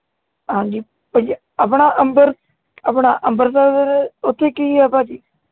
ਹਾਂਜੀ ਭਾਅ ਜੀ ਆਪਣਾ ਅੰਬਰ ਆਪਣਾ ਅੰਬਰਸਰ ਉੱਥੇ ਕੀ ਹੈ ਭਾਅ ਜੀ